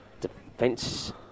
Defence